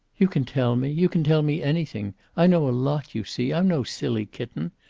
you can tell me. you can tell me anything. i know a lot, you see. i'm no silly kitten.